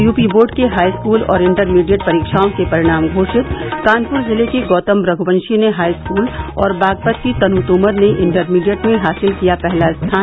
UP board के high school और intermediate परीक्षाओं के परिणाम घोषित कानपुर जिले के गौतम रघुवंशी ने हाईस्कूल और बागपत की तनु तोमर ने इंटरमीडिएट में हासिल किया पहला स्थान